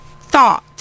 thought